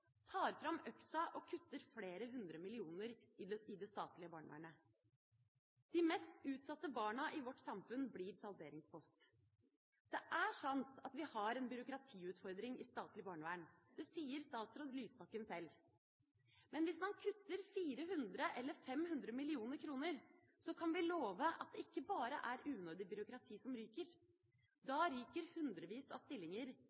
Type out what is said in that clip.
tar fram øksa og kutter flere hundre millioner i det statlige barnevernet. De mest utsatte barna i vårt samfunn blir salderingspost. Det er sant at vi har en byråkratiutfordring i statlig barnevern, det sier statsråd Lysbakken sjøl. Men hvis man kutter 400 mill. kr eller 500 mill. kr, kan vi love at det ikke bare er unødig byråkrati som ryker. Da ryker hundrevis av stillinger